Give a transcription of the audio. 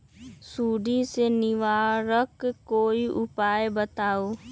सुडी से निवारक कोई उपाय बताऊँ?